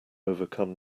overcome